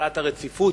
החלת הרציפות.